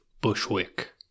Bushwick